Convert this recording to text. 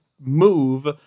move